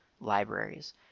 libraries